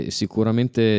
sicuramente